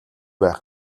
байх